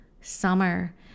summer